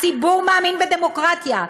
הציבור מאמין בדמוקרטיה.